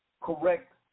correct